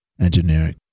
engineering